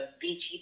Beachy